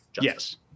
yes